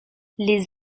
les